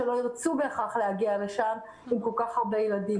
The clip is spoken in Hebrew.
שלא ירצו בהכרח להגיע לשם עם כל כך הרבה ילדים.